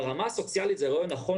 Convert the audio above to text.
ברמה הסוציאלית זה דבר נכון,